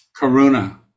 Karuna